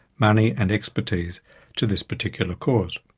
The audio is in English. money and expertise to this particular cause.